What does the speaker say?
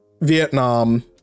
Vietnam